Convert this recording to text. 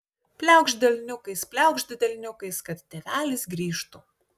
pliaukšt delniukais pliaukšt delniukais kad tėvelis grįžtų